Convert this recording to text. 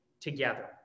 together